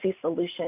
solution